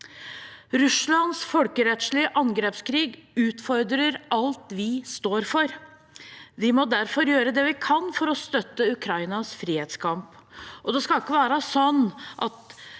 Russlands folkerettslige angrepskrig utfordrer alt vi står for. Vi må derfor gjøre det vi kan for å støtte Ukrainas frihetskamp. Det skal ikke være sånn at